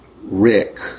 Rick